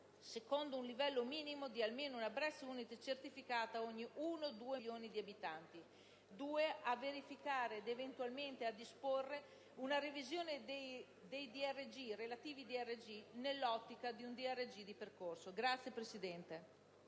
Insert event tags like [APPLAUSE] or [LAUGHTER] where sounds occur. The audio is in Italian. secondo un livello minimo di almeno una *Breast Unit* certificata ogni 1-2 milioni di abitanti; di verificare ed eventualmente disporre una revisione dei relativi DRG, nell'ottica di un DRG di percorso. [APPLAUSE]